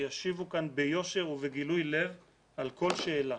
שישיבו כאן ביושר ובגילוי לב על כל שאלה.